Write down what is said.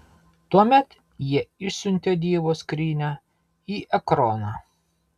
tuomet jie išsiuntė dievo skrynią į ekroną